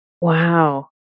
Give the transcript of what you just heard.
Wow